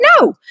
No